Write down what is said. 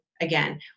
again